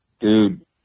Dude